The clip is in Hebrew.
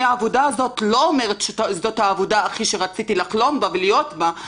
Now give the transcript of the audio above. אני לא אומרת שזאת העבודה שחלמתי עליה ורציתי להיות בה,